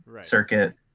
circuit